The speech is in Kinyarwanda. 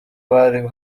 bari